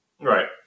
Right